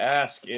ask